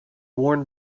worn